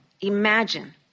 Imagine